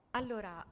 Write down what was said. allora